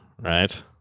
right